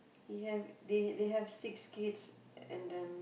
he have they have they have six kids and then